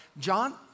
John